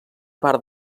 part